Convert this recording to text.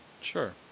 Sure